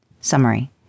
Summary